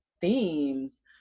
themes